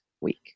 week